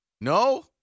No